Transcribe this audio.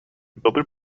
builder